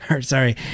Sorry